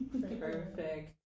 Perfect